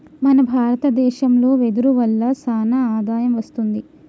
మన భారత దేశంలో వెదురు వల్ల సానా ఆదాయం వస్తుంది